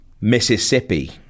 Mississippi